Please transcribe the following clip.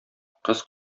кыз